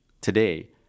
today